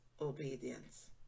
obedience